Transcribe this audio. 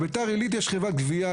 בבית"ר עילית יש חברת גבייה,